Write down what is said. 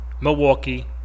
Milwaukee